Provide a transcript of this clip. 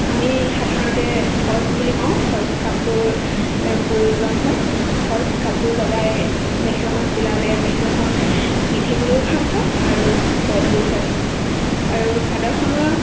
আমি সাধাৰণতে ফল্ছ বুলি কওঁ ফল্ছ কাপোৰ প্ৰয়োজন হয় ফল্ছ কাপোৰ লগাই মেখেলাখন চিলালে মেখেলাখন পিন্ধিবলৈও ভাল হয় আৰু গধুৰ হয় আৰু চাদৰখনৰ